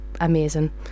amazing